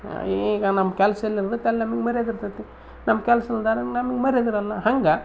ಈಗ ನಮ್ಮ ಕೆಲ್ಸ ಎಲ್ಲಿರ್ತತಿ ಅಲ್ಲಿ ನಮ್ಗೆ ಮರ್ಯಾದೆ ಇರ್ತತಿ ನಮ್ಮ ಕೆಲ್ಸ ಇಲ್ದಾರ ನಮಗೆ ಮರ್ಯಾದೆ ಇರೊಲ್ಲಾ ಹಂಗೆ